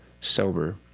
sober